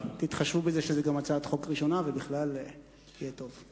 תתחשבו בזה שזאת הצעה ראשונה, ובכלל יהיה טוב.